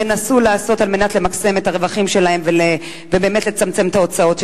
ינסו לעשות על מנת למקסם את הרווחים שלהם ובאמת לצמצם את ההוצאות שלהם.